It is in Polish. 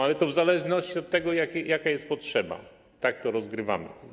Ale to w zależności od tego, jaka jest potrzeba, tak to rozgrywamy.